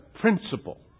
principle